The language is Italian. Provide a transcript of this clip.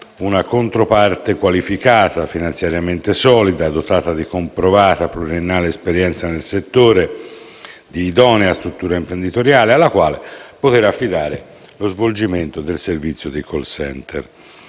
una controparte qualificata, finanziariamente solida, dotata di comprovata e pluriennale esperienza nel settore e di idonea struttura imprenditoriale, alla quale poter affidare lo svolgimento del servizio di *call center*.